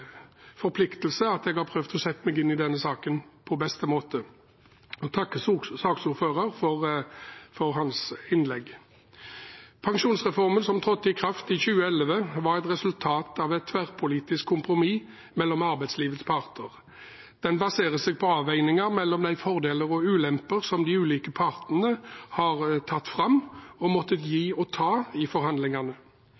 forpliktelse jeg har prøvd å sette meg inn i denne saken på beste måte. Jeg vil takke saksordføreren for hans innlegg. Pensjonsreformen som trådte i kraft i 2011, var et resultat av et tverrpolitisk kompromiss mellom arbeidslivets parter. Den baserer seg på avveininger mellom de fordeler og ulemper som de ulike partene har tatt fram og måttet gi